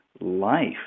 life